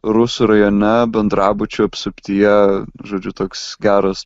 rusų rajone bendrabučių apsuptyje žodžiu toks geras